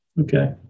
Okay